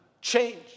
change